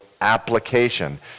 application